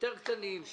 היותר קטנים.